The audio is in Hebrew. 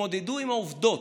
תתמודדו עם העובדות,